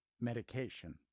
medication